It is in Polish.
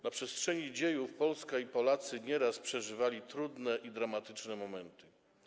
Na przestrzeni dziejów Polska i Polacy nieraz przeżywali trudne i dramatyczne momenty.